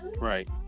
Right